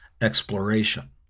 exploration